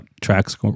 tracks